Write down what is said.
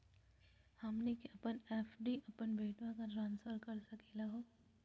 हमनी के अपन एफ.डी अपन बेटवा क ट्रांसफर कर सकली हो?